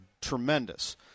Tremendous